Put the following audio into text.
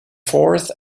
fourth